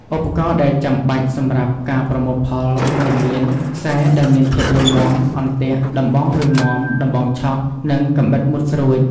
ឧបករណ៍ដែលចាំបាច់សម្រាប់ការប្រមូលផលរួមមាន ខ្សែដែលមានភាពរឹងមាំ អន្ទាក់ ដំបងរឹងមាំ ដំបងឆក់ និងកាំបិតមុតស្រួច។